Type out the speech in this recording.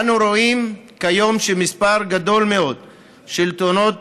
אנו רואים כיום שמספר גדול מאוד של תאונות,